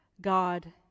God